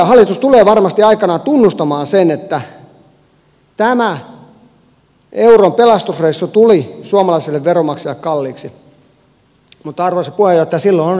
hallitus tulee varmasti aikanaan tunnustamaan sen että tämä euron pelastusreissu tuli suomalaisille veronmaksajille kalliiksi mutta arvoisa puheenjohtaja silloin on jo myöhäistä